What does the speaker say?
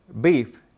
beef